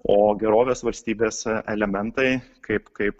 o gerovės valstybėse elementai kaip kaip